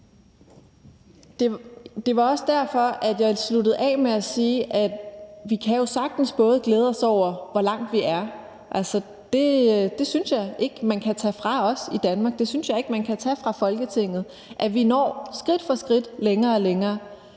Det var også derfor, at jeg sluttede af med at sige, at vi jo sagtens kan glæde os over, hvor langt vi er. Det synes jeg ikke man kan tage fra os i Danmark, det synes jeg ikke man kan tage fra Folketinget – at vi når skridt for skridt længere og længere.